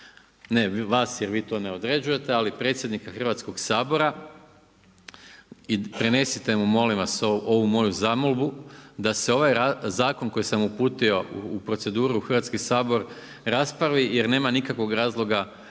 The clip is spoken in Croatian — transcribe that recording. ne vas jer vi to ne određujete, ali predsjednika Hrvatskog sabora i prenesite mu molim vas ovu moju zamolbu da se ovaj zakon koji sam uputio u proceduru u Hrvatski sabor raspravi jer nema nikakvog razloga